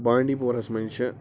بانٛڈی پورہس منٛز چھِ